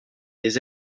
des